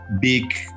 big